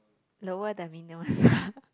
lower the minimum sum